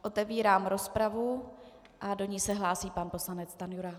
Otevírám rozpravu a do ní se hlásí pan poslanec Stanjura.